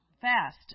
fast